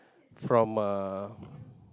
from uh